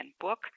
book